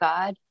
God